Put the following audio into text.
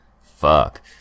Fuck